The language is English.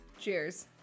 Cheers